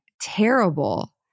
terrible